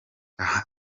aha